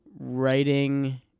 writing